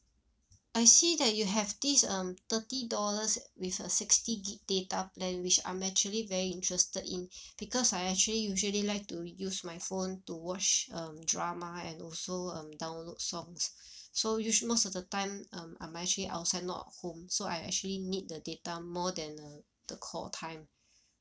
I see that you have this um thirty dollars with a sixty gig data plan which I'm actually very interested in because I actually usually like to use my phone to watch um drama and also um download songs so usually most of the time um I'm actually outside not at home so I actually need the data more than uh the call time